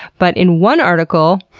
but in one article,